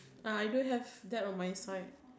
uh I do have that on my side